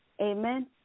Amen